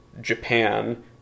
Japan